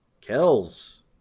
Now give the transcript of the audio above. Kells